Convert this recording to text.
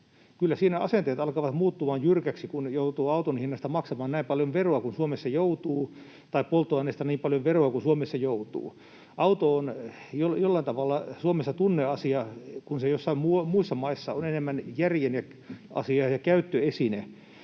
Kyllä siinä asenteet alkavat muuttumaan jyrkiksi, kun joutuu auton hinnasta maksamaan näin paljon veroa kuin Suomessa joutuu tai polttoaineesta niin paljon veroa kuin Suomessa joutuu. Auto on jollain tavalla Suomessa tunneasia, kun se joissain muissa maissa on enemmän järjen asia ja käyttöesine.